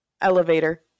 elevator